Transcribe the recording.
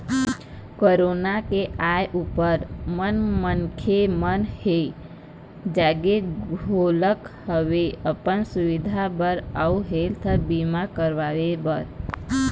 corona के आय ऊपर म मनखे मन ह जागे घलोक हवय अपन सुवास्थ बर अउ हेल्थ बीमा करवाय बर